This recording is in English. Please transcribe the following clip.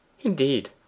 Indeed